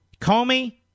Comey